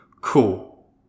cool